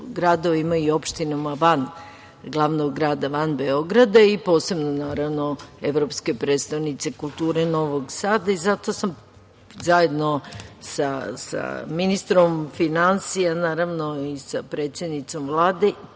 gradovima i opštinama van glavnog grada, van Beograda i posebno, naravno, evropske prestonice kulture, Novog Sada. Zato sam zajedno sa ministrom finansija, naravno i sa predsednicom Vlade,